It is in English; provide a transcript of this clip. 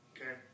Okay